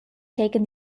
taken